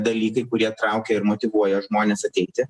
dalykai kurie traukia ir motyvuoja žmones ateiti